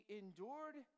endured